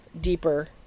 deeper